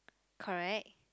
correct